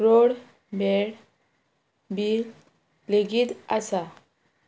road bad bill लेगीत आसा